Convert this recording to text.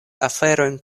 aferojn